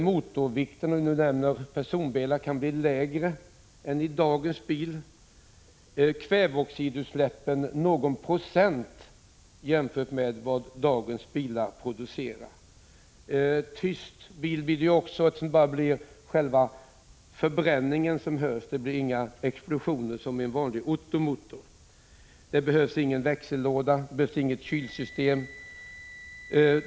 Motorvikten på en personbil, för att nu nämna den, kan bli lägre än när det gäller dagens bilar. Kväveoxidutsläppen är bara någon procent av vad dagens bilar producerar. En tyst bil är den också, eftersom det är bara förbränningsljudet som hörs. Det blir inga explosioner som i den vanliga motorn. Det behövs ingen växellåda och inget kylsystem.